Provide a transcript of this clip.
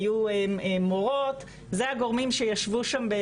היו מורות ואלו הגורמים שישבו שם,